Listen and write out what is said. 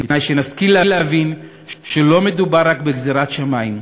בתנאי שנשכיל להבין שלא מדובר רק בגזירת שמים,